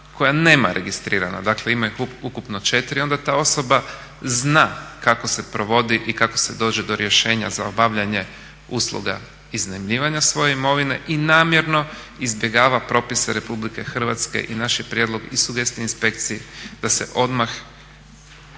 koja nema registrirana, dakle ima ih ukupno 4, onda ta osoba zna kako se provodi i kako se dođe do rješenja za obavljanje usluga iznajmljivanja svoje imovine i namjerno izbjegava propise Republike Hrvatske i naš je prijedlog i sugestija inspekciji da se odmah